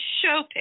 show